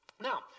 Now